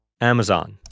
Amazon